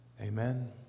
Amen